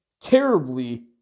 terribly